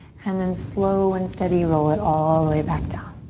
and then slow and steady roll it all the way back down.